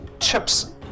chips